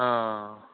ओ